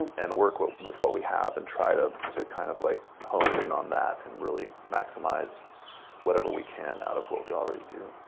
and work with what we have and try to to kind of like hone in on that and really maximize whatever we can out of what we already do.